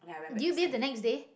did you bathe the next day